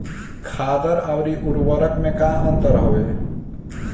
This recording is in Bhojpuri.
खादर अवरी उर्वरक मैं का अंतर हवे?